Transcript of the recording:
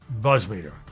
Buzzmeter